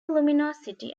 luminosity